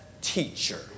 teacher